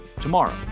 tomorrow